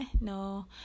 no